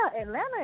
Atlanta